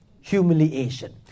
Humiliation